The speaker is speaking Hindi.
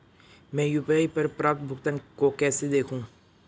मैं यू.पी.आई पर प्राप्त भुगतान को कैसे देखूं?